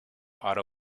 otto